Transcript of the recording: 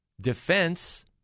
defense